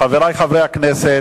חברי חברי הכנסת,